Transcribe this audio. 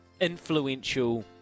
influential